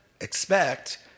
expect